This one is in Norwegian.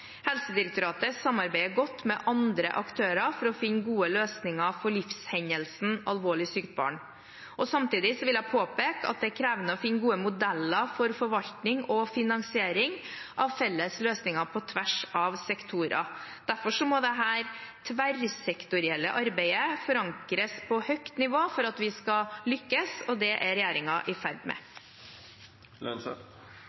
Helsedirektoratet samarbeider godt med andre aktører for å finne gode løsninger for livshendelsen Alvorlig sykt barn. Samtidig vil jeg påpeke at det er krevende å finne gode modeller for forvaltning og finansiering av felles løsninger på tvers av sektorer. Derfor må dette tverrsektorielle arbeidet forankres på høyt nivå for at vi skal lykkes, og det er regjeringen i ferd